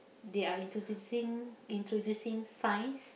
they are introducing introducing science